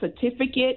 certificate